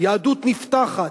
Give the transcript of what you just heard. יהדות נפתחת,